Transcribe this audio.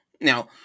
Now